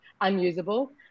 unusable